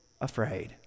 afraid